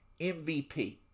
MVP